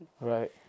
right